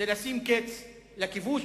זה לשים קץ לכיבוש,